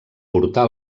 portar